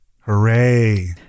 Hooray